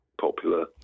popular